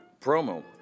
promo